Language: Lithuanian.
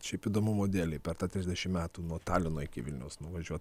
šiaip įdomumo dėlei per tą trisdešim metų nuo talino iki vilniaus nuvažiuot